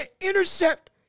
intercept